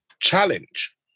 challenge